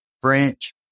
French